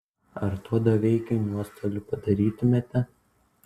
ar tuo doveikai nuostolių padarytumėte